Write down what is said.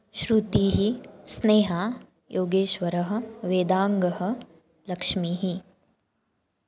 श्रुतीः स्नेहा योगेश्वरः वेदाङ्गः लक्ष्मीः